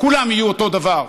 כולם יהיו אותו דבר.